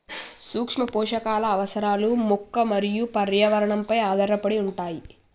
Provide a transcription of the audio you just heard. సూక్ష్మపోషకాల అవసరాలు మొక్క మరియు పర్యావరణంపై ఆధారపడి ఉంటాయి